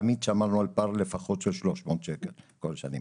תמיד שמרנו לפחות על פער של 300 שקל בכל השנים.